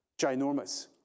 ginormous